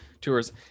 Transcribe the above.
Tours